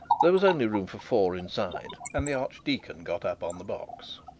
there was only room for four inside, and the archdeacon got upon the box.